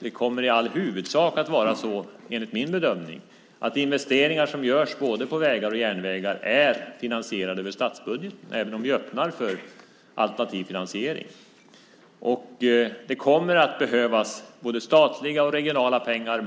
Det kommer enligt min bedömning i all huvudsak att vara så att investeringar som görs, både på vägar och på järnvägar, är finansierade över statsbudgeten, även om vi öppnar för alternativ finansiering. Det kommer att behövas både statliga och regionala pengar